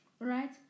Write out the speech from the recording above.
Right